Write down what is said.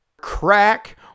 crack